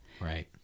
Right